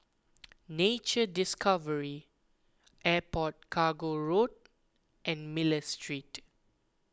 Nature Discovery Airport Cargo Road and Miller Street